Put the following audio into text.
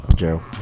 Joe